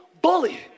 bully